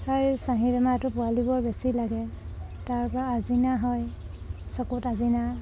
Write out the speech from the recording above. তাৰ চাহী বেমাৰটো পোৱালিবোৰৰ বেছি লাগে তাৰপৰা আচিনা হয় চকুত আচিনা